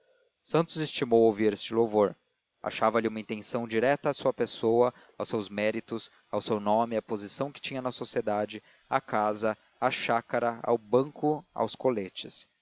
santos estimou ouvir este louvor achava lhe uma intenção direta à sua pessoa aos seus méritos ao seu nome à posição que tinha na sociedade à casa à chácara ao banco aos coletes